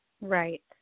Right